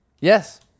Yes